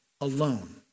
Alone